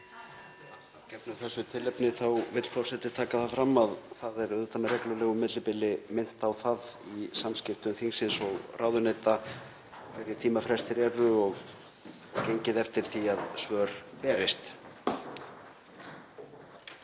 gefnu þessu tilefni þá vill forseti taka það fram að það er auðvitað með reglulegu millibili minnt á það í samskiptum þingsins og ráðuneyta hverjir tímafrestir eru og gengið eftir því að svör berist.